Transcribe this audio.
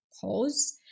pause